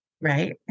Right